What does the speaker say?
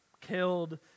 killed